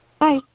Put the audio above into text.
Hi